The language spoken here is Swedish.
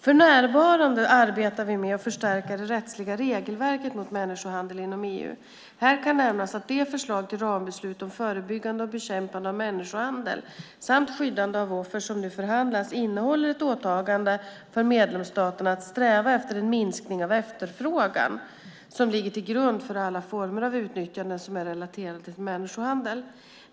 För närvarande arbetar vi med att förstärka det rättsliga regelverket mot människohandel inom EU. Här kan nämnas att det förslag till rambeslut om förebyggande och bekämpande av människohandel samt skyddande av offer som nu förhandlas innehåller ett åtagande för medlemsstaterna att sträva efter en minskning av den efterfrågan som ligger till grund för alla former av utnyttjanden som är relaterade till människohandel.